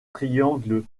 triangle